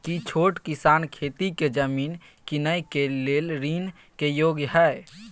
की छोट किसान खेती के जमीन कीनय के लेल ऋण के योग्य हय?